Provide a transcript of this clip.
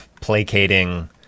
placating